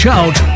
out